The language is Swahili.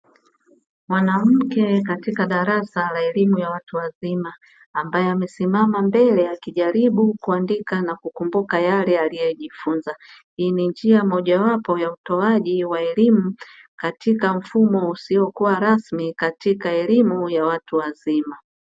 Mwanamke katika darasa la elimu ya watu wazima ambaye amesimama mbele, akijaribu kuandika na kukumbuka yale aliyojifunza. Hii njia mojawapo ya utoaji wa elimu katika mfumo usiokuwa rasmi katika elimu ya watu wazima.